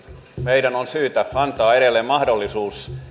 meidän on syytä antaa edelleen mahdollisuus